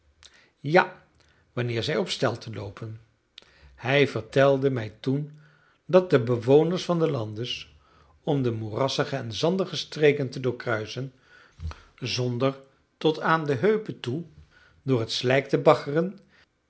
ja wanneer zij op stelten loopen hij vertelde mij toen dat de bewoners van de landes om de moerassige en zandige streken te doorkruisen zonder tot aan de heupen toe door het slijk te baggeren